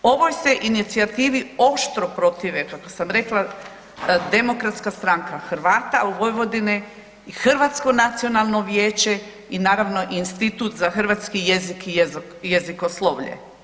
Ovoj se inicijativi oštro protive kako sam rekla, Demokratska stranka Hrvata u Vojvodini i Hrvatsko nacionalno vijeće i naravno Institut za hrvatski jezik i jezikoslovlje.